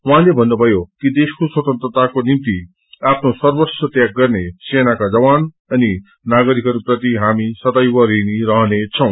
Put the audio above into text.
उहाँले भन्नुभयो कि देशको स्वतन्त्रताको निम्ति आफ्नो सर्वस्व त्याग गर्ने सेनाका जवान अनि नागरिकहरूप्रति हामी सदैव ऋणी रहनेछौ